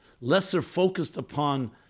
lesser-focused-upon